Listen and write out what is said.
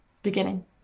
beginning